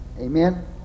Amen